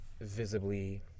visibly